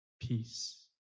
peace